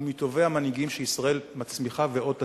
מטובי המנהיגים שישראל מצמיחה ועוד תצמיח.